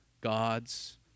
God's